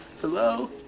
Hello